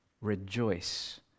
rejoice